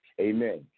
amen